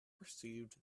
perceived